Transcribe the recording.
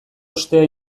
ostea